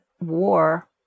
war